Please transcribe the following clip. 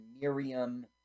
Miriam